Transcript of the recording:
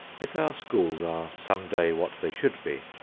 if our schools are some day what they should be,